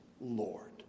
Lord